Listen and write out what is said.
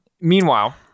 Meanwhile